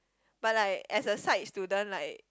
but like as a science student like